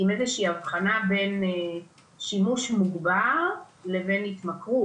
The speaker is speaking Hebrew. עם איזו שהיא הבחנה בין שימוש מוגבר לבין התמכרות.